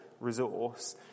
resource